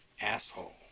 Asshole